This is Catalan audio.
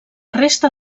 resta